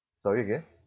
sorry again